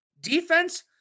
Defense